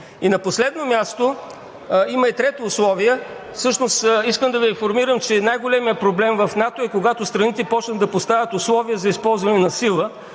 На последно място, има и трето условие. Всъщност искам да Ви информирам, че най-големият проблем в НАТО е, когато страните започнат да поставят условия за използване на сила,